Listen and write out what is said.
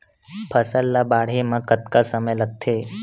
फसल ला बाढ़े मा कतना समय लगथे?